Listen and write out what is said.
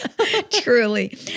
Truly